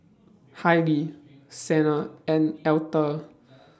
Hailie Xena and Altha